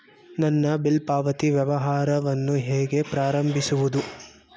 ನಾನು ಬಿಲ್ ಪಾವತಿ ವ್ಯವಹಾರವನ್ನು ಹೇಗೆ ಪ್ರಾರಂಭಿಸುವುದು?